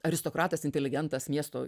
aristokratas inteligentas miesto